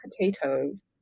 potatoes